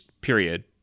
period